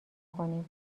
کنیم